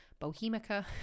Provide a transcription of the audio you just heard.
bohemica